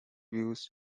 views